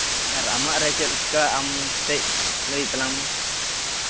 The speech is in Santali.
ᱟᱨ ᱟᱢᱟᱜ ᱨᱮ ᱪᱮᱞᱠᱟ ᱟᱢ ᱥᱮᱫ ᱞᱟᱹᱭ ᱛᱟᱞᱟᱝ ᱢᱮ